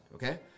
Okay